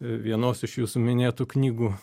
vienos iš jūsų minėtų knygų